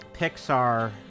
pixar